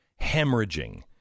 hemorrhaging